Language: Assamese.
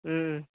ও